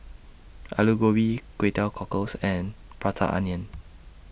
Aloo Gobi Kway Teow Cockles and Prata Onion